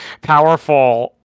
powerful